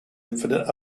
infinite